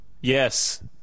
Yes